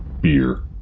Beer